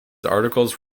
articles